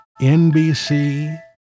NBC